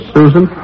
Susan